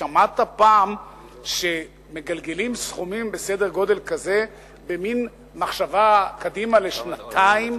שמעת פעם שמגלגלים סכומים בסדר גודל כזה במין מחשבה קדימה לשנתיים,